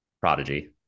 prodigy